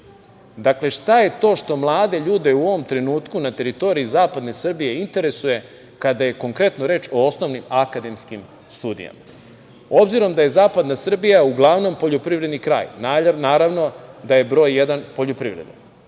dakle, šta je to što mlade ljude u ovom trenutku na teritoriji zapadne Srbije interesuje, kada je konkretno reč o osnovnim akademskim studijama. Obzirom da je zapadna Srbija uglavnom poljoprivredni kraj, naravno da je broj jedan poljoprivreda.